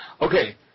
Okay